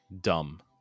dumb